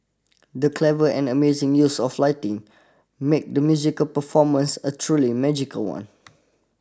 the clever and amazing use of lighting made the musical performance a truly magical one